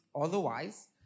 Otherwise